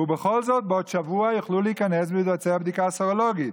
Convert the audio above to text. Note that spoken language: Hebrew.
ובכל זאת בעוד שבוע יוכלו להיכנס ולבצע בדיקה סרולוגית?